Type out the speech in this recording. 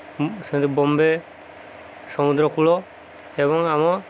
ସେମିତି ବମ୍ବେ ସମୁଦ୍ରକୂଳ ଏବଂ ଆମ